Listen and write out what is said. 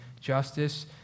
justice